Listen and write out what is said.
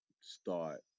start